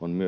on